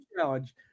challenge